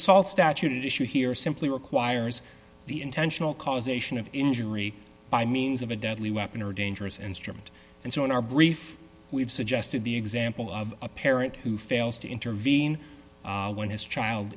assault statute issue here simply requires the intentional causation of injury by means of a deadly weapon or dangerous and strummed and so in our brief we've suggested the example of a parent who fails to intervene when his child